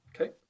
okay